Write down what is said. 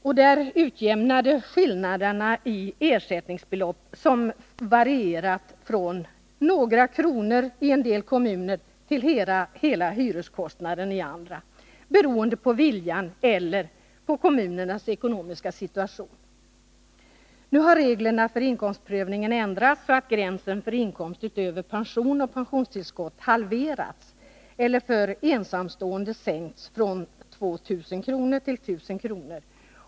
Därigenom utjämnades skillnaderna i ersättningsbelopp, som varierade från några kronor till hela hyreskostnaden, beroende på viljan eller kommunernas ekonomiska situation. Nu har reglerna för inkomstprövningen ändrats, så att gränsen för inkomst utöver pension och pensionstillskott halveras — den har sänkts för ensamstående från 2 000 till 1000 kr.